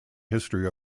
history